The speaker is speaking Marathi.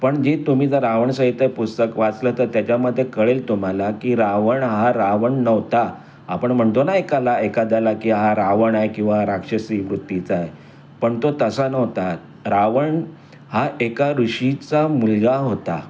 पण जे तुम्ही जर रावण संहिता पुस्तक वाचलं तर त्याच्यामध्ये कळेल तुम्हाला की रावण हा रावण नव्हता आपण म्हणतो ना एकाला एखाद्याला की हा रावण आहे किंवा राक्षसीवृत्तीचा आहे पण तो तसा नव्हता रावण हा एका ऋषीचा मुलगा होता